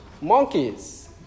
Monkeys